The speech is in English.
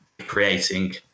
creating